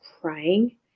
crying